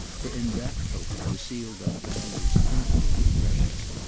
for in that token were sealed up values infinitely precious.